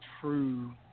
True